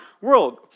world